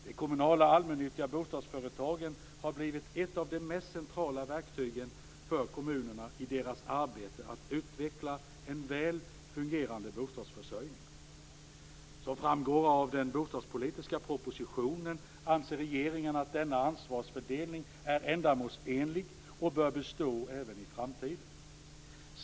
De kommunala allmännyttiga bostadsföretagen har blivit ett av de mest centrala verktygen för kommunerna i deras arbete med att utveckla en väl fungerande bostadsförsörjning. Som framgår av den bostadspolitiska propositionen anser regeringen att denna ansvarsfördelning är ändamålsenlig och bör bestå även i framtiden.